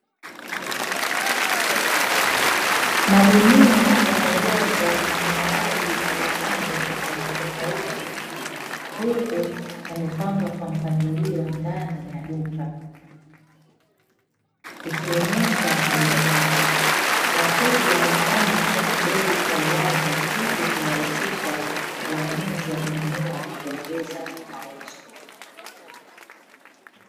Magunia yamejazwa maharage ya rangi tofautitofauti, huku yamepangwa kwa mpangilio ndani ya duka ikionyesha bei zake, wateja wanaona bei kwa uwazi hivyo kurahisisha uamuzi ya kununua na kuongeza mauzo.